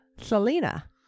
Selena